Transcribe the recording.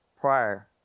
prior